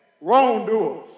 wrongdoers